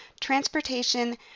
transportation